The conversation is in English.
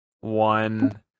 one